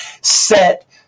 set